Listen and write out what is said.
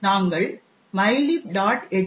நாங்கள் mylib